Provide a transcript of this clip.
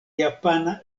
japana